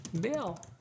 Bill